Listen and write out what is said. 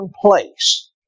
place